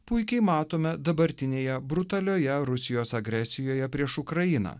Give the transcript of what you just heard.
puikiai matome dabartinėje brutalioje rusijos agresijoje prieš ukrainą